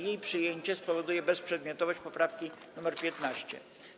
Jej przyjęcie spowoduje bezprzedmiotowość poprawki nr 15.